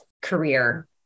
career